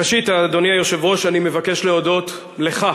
ראשית, אדוני היושב-ראש, אני מבקש להודות לך.